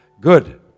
Good